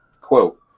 Quote